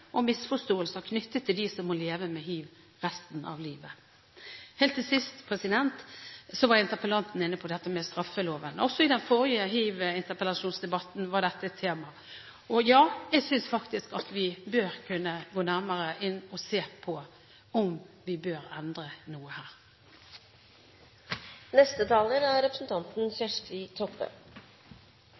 og misforståelser knyttet til dem som må leve med hiv resten av livet. Helt til sist var interpellanten inne på dette med straffeloven. Også i den forrige interpellasjonsdebatten om hiv var dette et tema, og ja – jeg synes faktisk at vi bør kunne gå nærmere inn og se på om vi bør endre noe her.